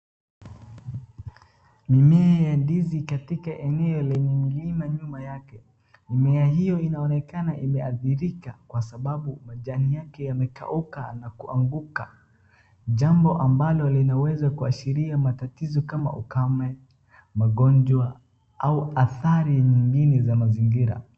Mimea ya ndizi katika eneo lenye mlima nyuma yake. Mimea hiyo inaonekana imeathirika kwa sababu majani yake yamekauka na kuanguka. Jambo ambalo linaweza kuashiria matatizo kama ukame, magonjwa au athari nyingine za mazingira.